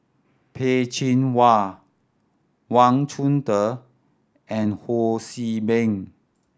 Peh Chin Hua Wang Chunde and Ho See Beng